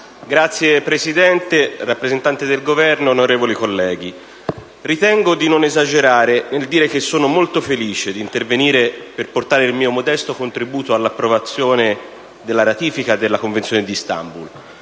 Signor Presidente, rappresentanti del Governo, onorevoli colleghi, ritengo di non esagerare nel dire che sono molto felice di intervenire per portare il mio modesto contributo all'approvazione della ratifica della Convenzione di Istanbul.